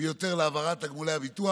ביותר להעברת תגמולי הביטוח.